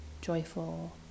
joyful